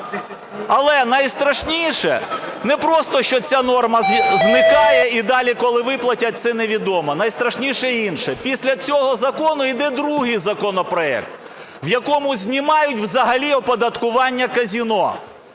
Але найстрашніше, не просто що ця норма зникає і далі коли виплатять, це невідомо, найстрашніше інше, після цього закону іде другий законопроект, в якому знімають взагалі оподаткування казино.